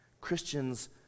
Christians